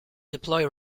deploy